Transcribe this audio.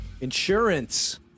insurance